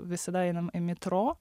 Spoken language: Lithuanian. visada einam į metro